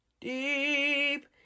Deep